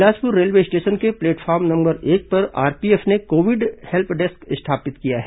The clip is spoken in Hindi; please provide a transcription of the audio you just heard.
बिलासपुर रेलवे स्टेशन के प्लेटफॉर्म नंबर एक पर आरपीएफ ने कोविड हेल्प डेस्क स्थापित किया है